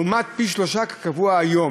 לעומת פי-שלושה כקבוע היום.